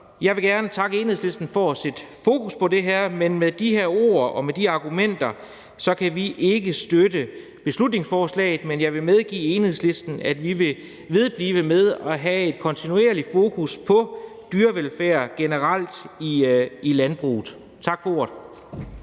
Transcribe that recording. Jeg vil gerne takke Enhedslisten for at sætte fokus på det her og sige, at med de argumenter, vi har fremført, kan vi ikke støtte beslutningsforslaget. Men jeg vil give Enhedslisten, at vi vil blive ved med at have et kontinuerligt fokus på dyrevelfærd generelt i landbruget. Tak for ordet.